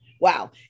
Wow